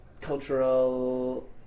cultural